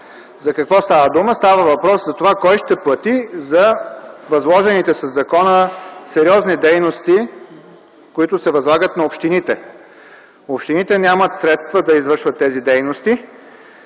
За какво става дума? Става въпрос за това кой ще плати за възложените със закона сериозни дейности, които се възлагат на общините. Общините нямат средства за извършат тези дейности,